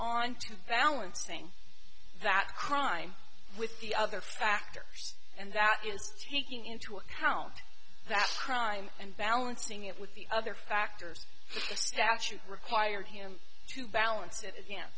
on to balancing that crime with the other factors and that is taking into account that crime and balancing it with the other factors the statute require him to balance it again